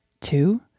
Two